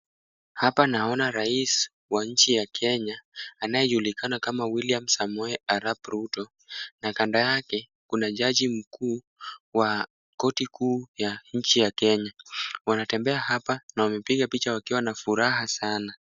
Hapa naona rais wa nchi ya Kenya anayejulikana kama William Samoei Arap Ruto na kando yake kuna jaji mkuu wa koti kuu ya nchi ya Kenya. Wanatembea hapa na wamepiga picha wakiwa na furaha sana.